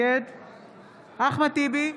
נגד אחמד טיבי,